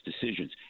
decisions